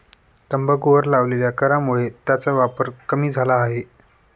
तंबाखूवर लावलेल्या करामुळे त्याचा वापर कमी झाला आहे